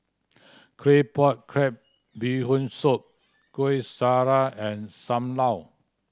Claypot Crab Bee Hoon Soup Kueh Syara and Sam Lau